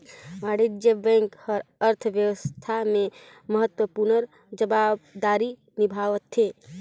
वाणिज्य बेंक हर अर्थबेवस्था में महत्वपूर्न जवाबदारी निभावथें